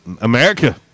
America